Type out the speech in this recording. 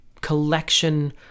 collection